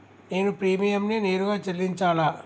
నేను ప్రీమియంని నేరుగా చెల్లించాలా?